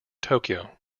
tokyo